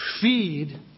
feed